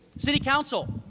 city council,